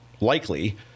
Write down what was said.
likely